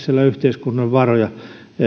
tähtäyksellä yhteiskunnan varoja